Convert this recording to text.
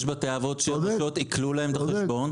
יש בתי אבות שעיקלו להם את החשבון.